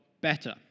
better